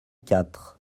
quatre